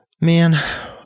man